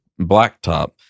blacktop